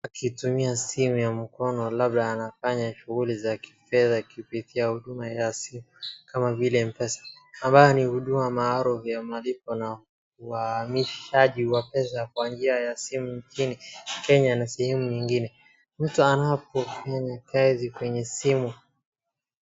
Akitumia simu ya mkono labda anafanya shughuli za kifedha kupitia huduma ya simu kama vile Mpesa ambayo ni huduma maalum ya malipo na uhamishaji wa pesa kwa njia ya simu nchini Kenya na sehemu nyingine. Mtu anapofanya kazi kwenye simu .